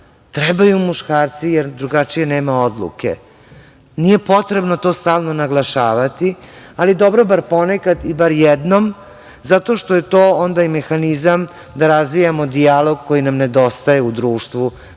trebaju muškarci, jer drugačije nema odluke. Nije potrebno to stalno naglašavati, ali dobro bar ponekad, i bar jednom, zato što je to onda i mehanizam da razvijamo dijalog koji nam nedostaje u društvu,